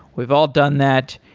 we've all done that.